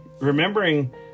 remembering